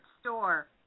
Store